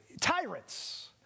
tyrants